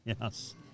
Yes